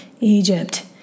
Egypt